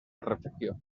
refugio